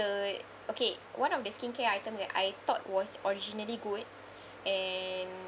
okay one of the skincare item that I thought was originally good and